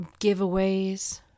giveaways